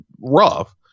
rough